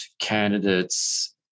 candidates